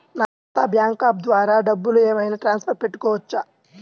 నా ఖాతా bank app ద్వారా డబ్బులు ఏమైనా ట్రాన్స్ఫర్ పెట్టుకోవచ్చా?